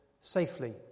safely